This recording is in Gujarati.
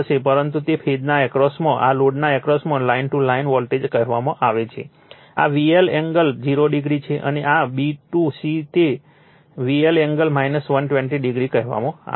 પરંતુ તે ફેઝના એક્રોસમાં આ લોડના એક્રોસમાં લાઇન ટુ લાઇન વોલ્ટેજ કહેવામાં આવે છે આ VL એંગલ 0o છે અને આ b ટુ c તે VL એંગલ 120 o કહેવામાં આવે છે